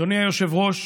אדוני היושב-ראש,